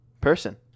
person